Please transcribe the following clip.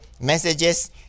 messages